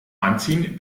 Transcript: anziehen